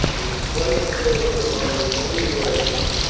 it is quite the fashion among the young romans